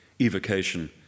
evocation